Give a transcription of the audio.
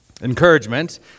Encouragement